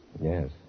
Yes